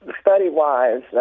study-wise